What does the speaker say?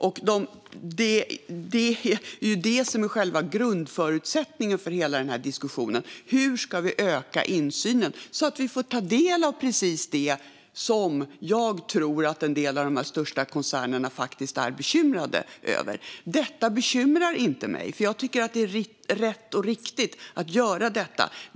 Det är detta som är själva grundförutsättningen för hela den här diskussionen: Hur ska vi öka insynen så att vi får ta del av precis det som jag tror att en del av de största koncernerna är bekymrade över? Det bekymrar inte mig, för jag tycker att det är rätt och riktigt att göra detta.